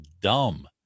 dumb